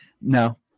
No